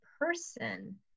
person